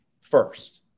first